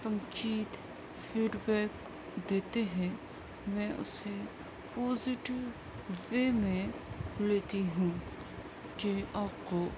تمجید feedback دیتے ہیں میں اسے پازیٹو وے میں لیتی ہوں کہ آپ کو